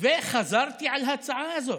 וחזרתי על ההצעה הזאת.